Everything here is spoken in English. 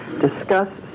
discuss